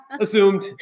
assumed